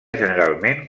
generalment